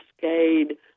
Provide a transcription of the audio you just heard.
cascade